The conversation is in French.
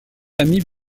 amis